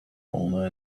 owner